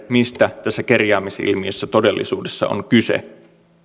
mistä tässä kerjäämisilmiössä todellisuudessa on kyse